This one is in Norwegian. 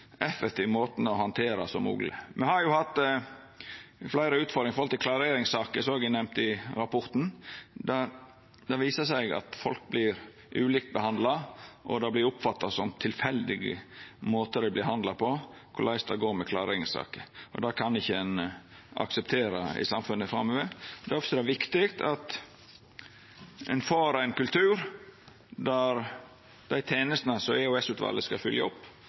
å handtera dette på . Me har hatt fleire utfordringar i klareringssaker, som òg er nemnt i rapporten., Det viser seg at folk vert ulikt behandla, og det vert oppfatta som dei vert behandla på tilfeldige måtar med tanke på korleis det går med klareringssaker. Det kan ein ikkje akseptera i samfunnet framover. Difor er det viktig at ein får ein kultur der dei tenestene som EOS-utvalet skal følgja opp